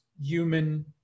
human